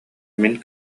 мин